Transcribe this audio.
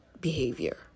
behavior